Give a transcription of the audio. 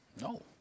No